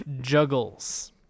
juggles